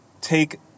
take